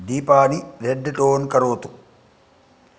दीपानि red tone करोतु